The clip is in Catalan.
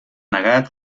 negat